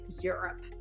Europe